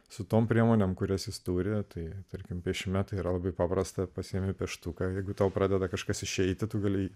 su tom priemonėm kurias jis turi tai tarkim piešime tai yra labai paprasta pasiėmė pieštuką jeigu tau pradeda kažkas išeiti tu galėjai